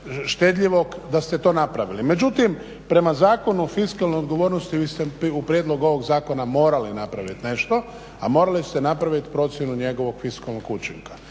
štedljivog da ste to napravili. Međutim prema Zakonu o fiskalnoj odgovornosti vi ste u prijedlogu ovog zakona morali napraviti nešto, a morali ste napraviti procjenu njegovog fiskalnog učinka.